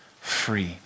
free